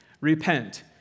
Repent